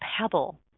pebble